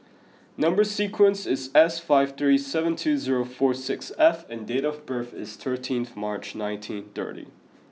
number sequence is S five three seven two zero four six F and date of birth is thirteenth March nineteen thirty